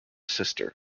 sister